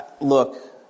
Look